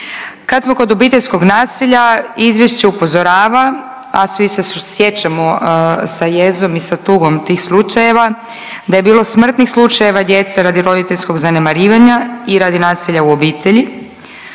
Kad smo kod obiteljskog nasilja izvješće upozorava, a svi se sjećamo sa jezom i sa tugom tih slučajeva da je bilo smrtnih slučajeva djece radi roditeljskog zanemarivanja i radi nasilja u obitelji.